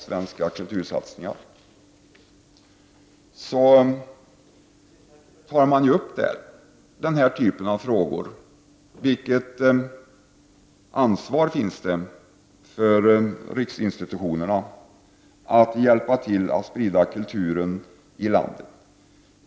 Denna kommission tar upp frågor som dessa: Vilket ansvar har riksinstitutionerna för att hjälpa till att sprida kultur i landet?